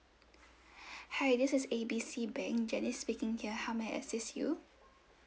hi this is A B C bank janice speaking here how may I assist you